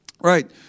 Right